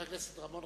חבר הכנסת רמון,